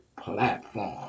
platform